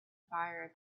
fire